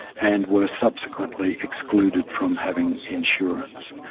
and were subsequently excluded from having insurance.